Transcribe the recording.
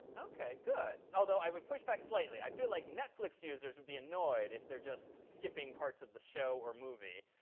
ok, good. although i would push back slightly. i feel like netflix users would be annoyed if they're just skipping parts of the show or movie.